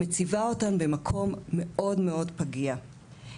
מציבה אותן במקום מאוד מאוד פגיע.